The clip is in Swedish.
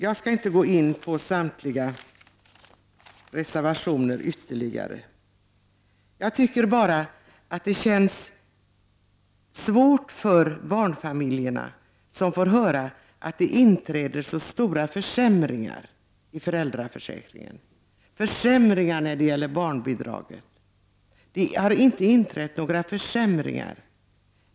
Jag skall inte gå in på samtliga reservationer. Jag tycker bara att det känns svårt att barnfamiljerna får höra att det inträder så stora försämringar i föräldraförsäkringen och försämringar av barnbidraget. Det har inte inträtt några försämringar.